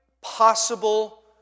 possible